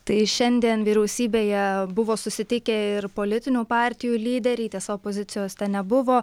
tai šiandien vyriausybėje buvo susitikę ir politinių partijų lyderiai tiesa opozicijos nebuvo